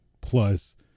plus